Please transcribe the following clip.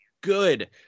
good